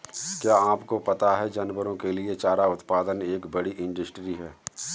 क्या आपको पता है जानवरों के लिए चारा उत्पादन एक बड़ी इंडस्ट्री है?